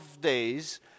days